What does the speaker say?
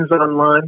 online